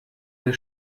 der